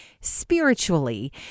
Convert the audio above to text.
spiritually